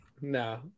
No